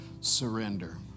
surrender